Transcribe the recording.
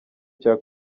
cya